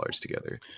together